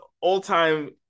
all-time